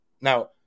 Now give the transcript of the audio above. now